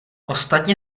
ostatně